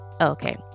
Okay